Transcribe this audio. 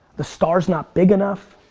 the star's not big enough.